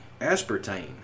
aspartame